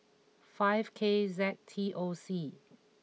five K Z T O C